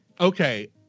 okay